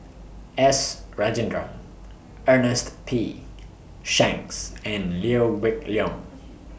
S Rajendran Ernest P Shanks and Liew weak Leong